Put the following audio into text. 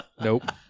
nope